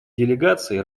делегации